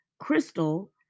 crystal